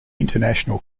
international